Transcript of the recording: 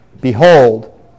Behold